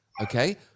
okay